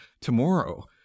tomorrow